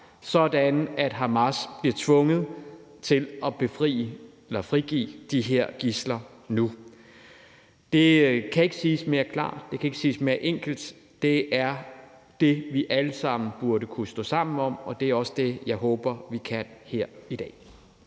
sådan at Hamas bliver tvunget til at frigive de her gidsler nu. Det kan ikke siges mere klart; det kan ikke siges mere enkelt. Det er det, vi alle sammen burde kunne stå sammen om, og det er også det, jeg håber vi kan her i dag.